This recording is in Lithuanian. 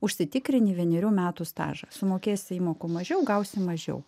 užsitikrini vienerių metų stažą sumokėsi įmokų mažiau gausi mažiau